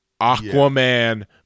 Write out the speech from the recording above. Aquaman